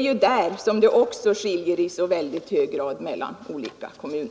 just där som det skiljer i mycket hög grad mellan olika kommuner.